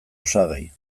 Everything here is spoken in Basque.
osagai